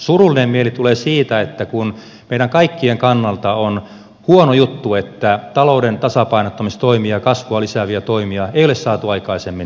surullinen mieli tulee siitä kun meidän kaikkien kannalta on huono juttu että talouden tasapainottamistoimia kasvua lisääviä toimia ei ole saatu aikaisemmin tehtyä